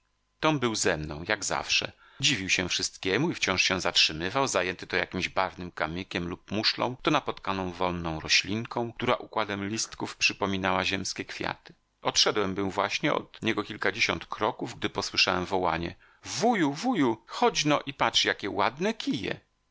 tom był ze mną jak zawsze dziwił się wszystkiemu i wciąż się zatrzymywał zajęty to jakimś barwnym kamykiem lub muszlą to napotkaną wonną roślinką która układem listków przypominała ziemskie kwiaty odszedłem był właśnie od niego kilkadziesiąt kroków gdy posłyszałem wołanie wuju wuju chodźno i patrz jakie ładne kije